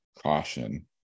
caution